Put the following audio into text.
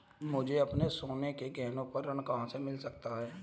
मुझे अपने सोने के गहनों पर ऋण कहां से मिल सकता है?